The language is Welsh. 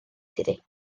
ddi